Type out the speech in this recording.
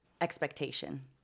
expectation